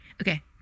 Okay